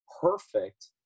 perfect